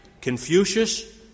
Confucius